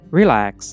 relax